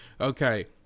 okay